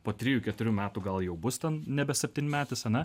po trijų keturių metų gal jau bus tam nebe septynmetis ane